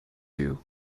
you